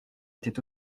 était